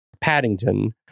Paddington